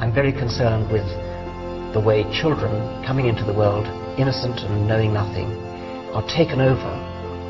i'm very concerned with the way children coming into the world innocently knowing nothing or taken over